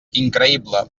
increïble